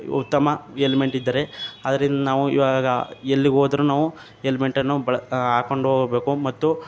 ಉತ್ತಮ ಎಲ್ಮೆಟ್ ಇದ್ದರೆ ಅದರಿಂದ ನಾವು ಈವಾಗ ಎಲ್ಲಿ ಹೋದ್ರೂ ನಾವು ಹೆಲ್ಮೆಟನ್ನು ಬಳ ಹಾಕ್ಕೊಂಡು ಹೋಗ್ಬೇಕು ಮತ್ತು